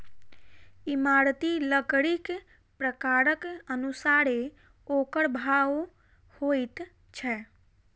इमारती लकड़ीक प्रकारक अनुसारेँ ओकर भाव होइत छै